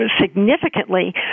significantly